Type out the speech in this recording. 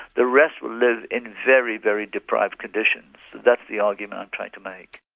the rest live in very, very deprived conditions. that's the argument i've tried to make.